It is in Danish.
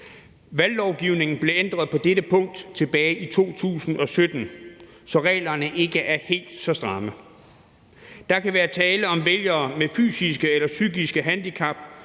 Valglovgivningen blev ændret på dette punkt tilbage i 2017, så reglerne ikke er helt så stramme. Der kan være tale om vælgere med fysiske eller psykiske handicap